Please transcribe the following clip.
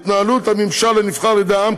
התנהלות הממשל הנבחר על ידי העם,